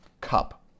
cup